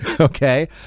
Okay